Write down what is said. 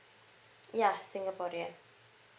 yeah singaporean